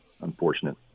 unfortunate